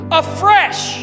afresh